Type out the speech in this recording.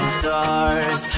stars